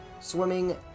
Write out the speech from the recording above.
swimming